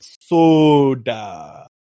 soda